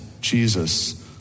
Jesus